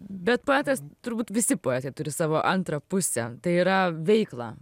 bet poetas turbūt visi poetai turi savo antrą pusę tai yra veiklą